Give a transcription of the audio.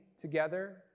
together